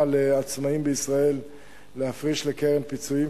לעצמאים בישראל להפריש לקרן פיצויים,